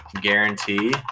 guarantee